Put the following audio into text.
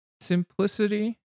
Simplicity